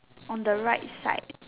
on the right side